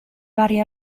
vari